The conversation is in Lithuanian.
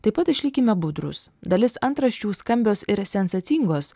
taip pat išlikime budrūs dalis antraščių skambios ir sensacingos